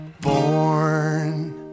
born